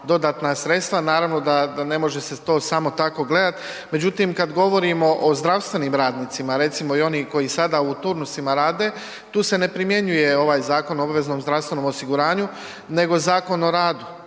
dodatna sredstva. Naravno da, da ne može se to samo tako gledat. Međutim, kad govorimo o zdravstvenim radnicima, recimo i onih koji sada u turnusima rade, tu se ne primjenjuje ovaj Zakon o obveznom zdravstvenom osiguranju, nego Zakon o radu